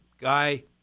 guy